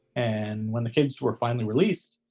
and when the kids were finally released,